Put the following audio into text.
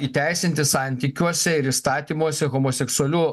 įteisinti santykiuose ir įstatymuose homoseksualių